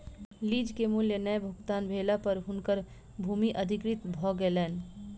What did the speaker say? lease के मूल्य नै भुगतान भेला पर हुनकर भूमि अधिकृत भ गेलैन